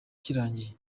kirangiye